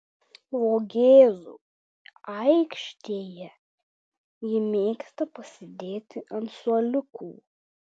vogėzų aikštėje ji mėgsta pasėdėti ant suoliukų